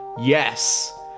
yes